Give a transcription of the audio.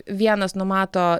vienas numato